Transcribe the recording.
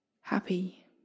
happy